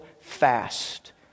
fast